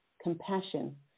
compassion